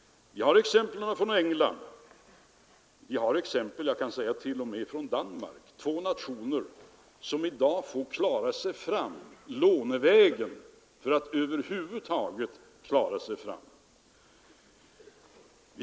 Vi har exempel på det från England och även från Danmark, två nationer som i dag får klara sig lånevägen för att över huvud taget dra sig fram.